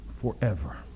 forever